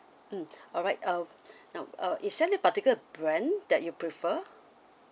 mm alright uh now uh is there any particular brand that you prefer